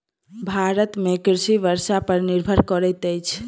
भारत में कृषि वर्षा पर निर्भर करैत अछि